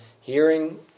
hearing